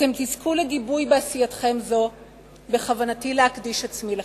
אתם תזכו לגיבוי בעשייתכם זו ובכוונתי להקדיש את עצמי לכך.